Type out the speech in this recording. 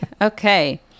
Okay